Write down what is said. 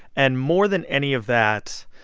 and more than any of that,